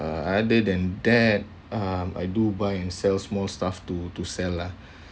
uh other than that um I do buy and sell small stuff to to sell lah